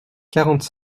quarante